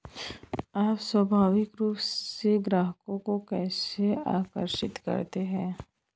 आप स्वाभाविक रूप से ग्राहकों को कैसे आकर्षित करते हैं?